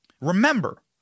Remember